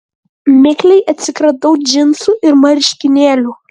mikliai atsikratau džinsų ir marškinėlių